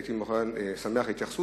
הייתי שמח להתייחסות.